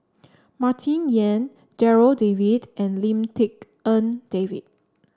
Martin Yan Darryl David and Lim Tik En David